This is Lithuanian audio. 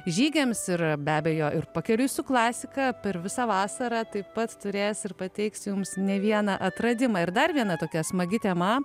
žygiams ir be abejo ir pakeliui su klasika per visą vasarą taip pat turės ir pateiks jums ne vieną atradimą ir dar viena tokia smagi tema